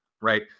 right